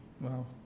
Wow